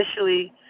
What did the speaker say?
initially